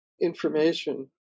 information